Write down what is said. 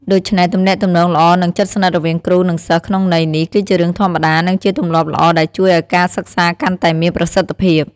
ដូច្នេះ ទំនាក់ទំនងល្អនិងជិតស្និទ្ធរវាងគ្រូ និងសិស្សក្នុងន័យនេះ គឺជារឿងធម្មតា និងជាទម្លាប់ល្អដែលជួយឱ្យការសិក្សាកាន់តែមានប្រសិទ្ធភាព។